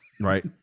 Right